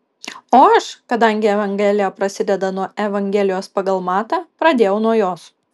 o aš kadangi evangelija prasideda nuo evangelijos pagal matą pradėjau nuo jos